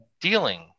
dealing